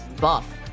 buff